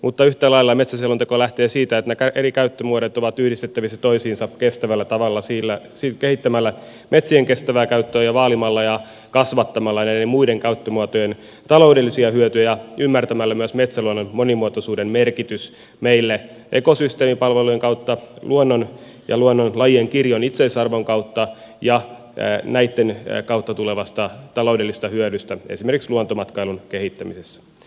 mutta yhtä lailla metsäselonteko lähtee siitä että ne eri käyttömuodot ovat yhdistettävissä toisiinsa kestävällä tavalla kehittämällä metsien kestävää käyttöä ja vaalimalla ja kasvattamalla näiden muiden käyttömuotojen taloudellisia hyötyjä ja ymmärtämällä myös metsäluonnon monimuotoisuuden merkitys meille ekosysteemipalvelujen kautta ja luonnon ja luonnonlajien kirjon itseisarvon kautta ja näitten kautta tulevan taloudellisen hyödyn merkitys esimerkiksi luontomatkailun kehittämisessä